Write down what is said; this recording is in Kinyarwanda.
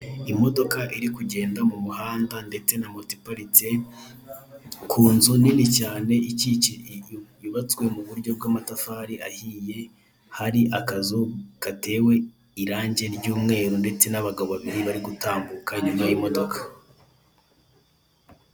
Imodoka iri kugenda mu muhanda ndetse na moto iparitse ku nzu nini cyane yubatswe mu buryo bw'amatafari ahiye. Hari akazu gatewe irange ry'umweru ndetse n'abagabo babiri bari gutambuka inyuma y'imodoka.